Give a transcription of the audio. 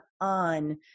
on